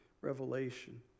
revelation